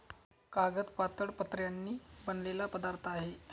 कागद पातळ पत्र्यांनी बनलेला पदार्थ आहे